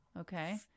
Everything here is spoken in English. Okay